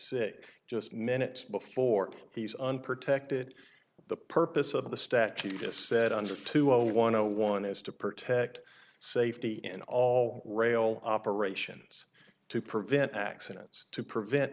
sick just minutes before he's unprotected the purpose of the stat he just said under two zero one zero one is to protect safety and all rail operations to prevent accidents to prevent